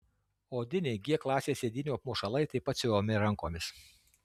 odiniai g klasės sėdynių apmušalai taip pat siuvami rankomis